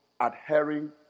adhering